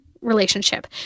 relationship